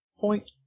point